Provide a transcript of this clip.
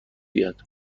بیاد